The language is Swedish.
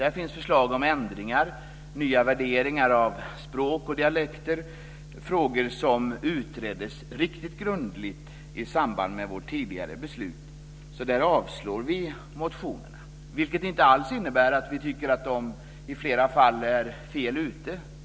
Där finns förslag om ändringar samt nya värderingar av språk och dialekter - frågor som utreddes riktigt grundligt i samband med vårt tidigare beslut. Där avslår vi motionerna. Det innebär dock inte alls att vi tycker att motionärerna är fel ute.